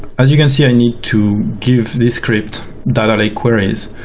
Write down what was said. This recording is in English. as you can see, i need to give this script data lake queries,